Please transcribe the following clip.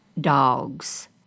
dogs